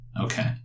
Okay